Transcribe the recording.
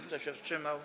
Kto się wstrzymał?